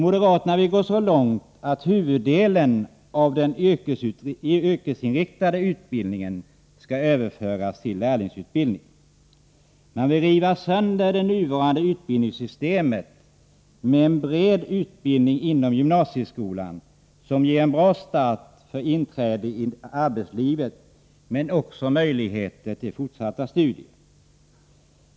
Moderaterna går så långt att de föreslår att huvuddelen av den yrkesinriktade utbildningen skall överföras till lärlingsutbildning. De vill riva sönder vårt utbildningssystem med en bred utbildning inom gymnasieskolan som ger en bra start för inträde i arbetslivet men också möjligheter till fortsatta studier.